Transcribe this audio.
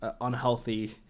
unhealthy